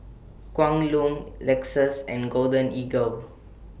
Kwan Loong Lexus and Golden Eagle